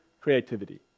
creativity